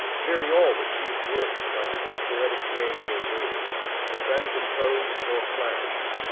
nearly all the chief works by which his poetic fame will live were then composed or planned.